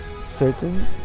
certain